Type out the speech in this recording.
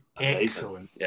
excellent